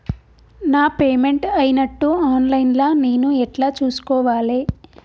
నా పేమెంట్ అయినట్టు online లా నేను ఎట్ల చూస్కోవాలే?